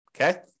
Okay